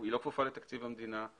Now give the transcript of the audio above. היא לא כפופה לתקציב המדינה.